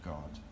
God